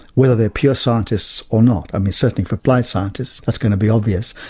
whether they're pure scientists or not. i mean, certainly for applied scientists, that's going to be obvious.